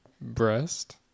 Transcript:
Breast